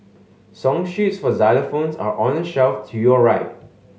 song sheets for xylophones are on the shelf to your right